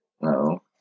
No